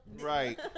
Right